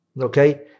okay